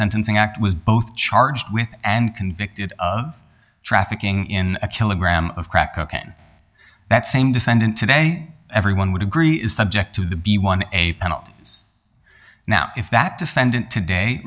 sentencing act was both charged with and convicted of trafficking in a kilogram of crack cocaine that same defendant today everyone would agree is subject to the b one a now if that defendant today